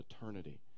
eternity